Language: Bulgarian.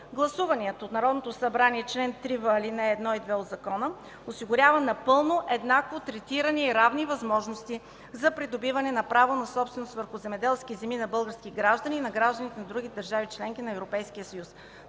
Гласуваният от Народното събрание чл. 3в, ал. 1 и 2 от закона осигурява напълно еднакво третиране и равни възможности за придобиване на право на собственост върху земеделски земи на български граждани и на гражданите на други държави – членки на Европейския съюз.